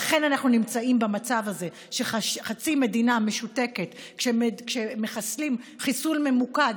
לכן אנחנו נמצאים במצב הזה שחצי מדינה משותקת כשמחסלים חיסול ממוקד,